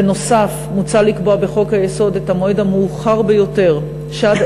בנוסף מוצע לקבוע בחוק-היסוד את המועד המאוחר ביותר שעד